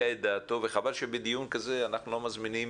את דעתו וחבל שבדיון כזה אנחנו לא מזמינים